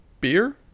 Beer